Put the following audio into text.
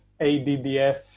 ADDF